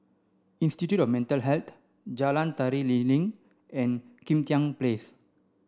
Institute of Mental Health Jalan Tari Lilin and Kim Tian Place